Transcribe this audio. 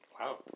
Wow